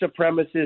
supremacists